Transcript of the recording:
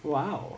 !wow!